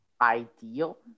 Ideal